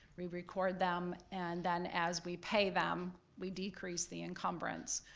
we record them, and then as we pay them, we decrease the encumbrance,